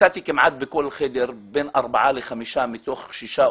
ראש שלה,